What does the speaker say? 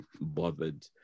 bothered